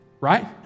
right